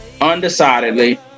undecidedly